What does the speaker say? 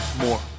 more